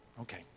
Okay